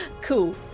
Cool